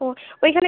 ও ওইখানে